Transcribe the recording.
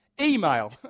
email